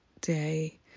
day